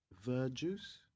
verjuice